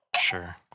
Sure